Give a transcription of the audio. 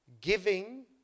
giving